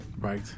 Right